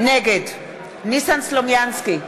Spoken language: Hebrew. נגד ניסן סלומינסקי,